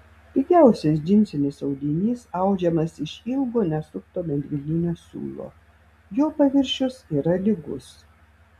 pigiausias džinsinis audinys audžiamas iš ilgo nesukto medvilninio siūlo jo paviršius yra lygus